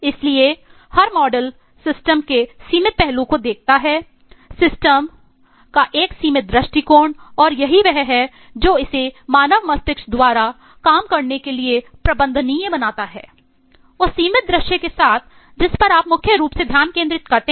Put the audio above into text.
इसलिए हर मॉडल कर सकते हैं